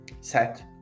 set